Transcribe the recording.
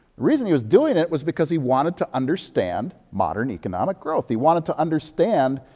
the reason he was doing it was because he wanted to understand modern economic growth. he wanted to understand,